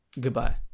Goodbye